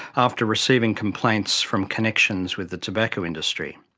after receiving complaints from connections with the tobacco industry.